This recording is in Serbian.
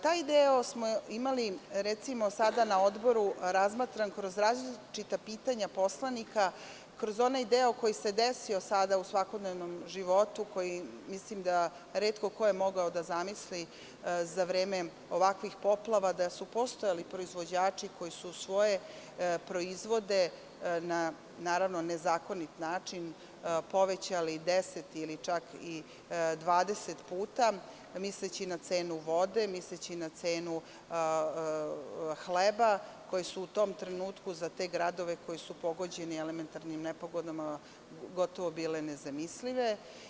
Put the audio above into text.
Taj deo smo imali sada, recimo, na Odboru razmatran kroz različita pitanja poslanika, kroz onaj deo koji se desio sada u svakodnevnom životu, koji je retko ko mogao da zamisli za vreme ovakvih poplava da su postojali proizvođači koji su svoje proizvode na naravno nezakonit način povećali 10 puta ili čak 20 puta, misleći na cenu vode, na cenu hleba i koji su u tom trenutku za te gradove koji su pogođeni elementarnim nepogodama gotovo bile nezamislive.